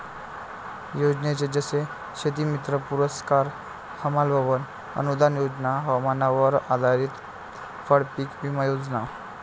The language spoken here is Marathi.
योजने जसे शेतीमित्र पुरस्कार, हमाल भवन अनूदान योजना, हवामानावर आधारित फळपीक विमा योजना